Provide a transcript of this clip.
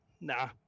Nah